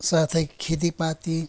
साथै खोतीपाती